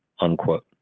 unquote